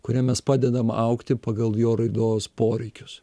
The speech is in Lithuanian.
kuriam mes padedam augti pagal jo raidos poreikius